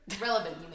Relevant